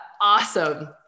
Awesome